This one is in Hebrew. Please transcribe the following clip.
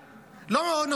לא מוכן לשוחח,